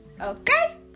okay